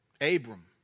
Abram